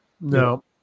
No